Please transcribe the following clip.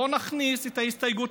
בוא נכניס את ההסתייגות,